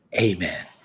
Amen